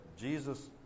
Jesus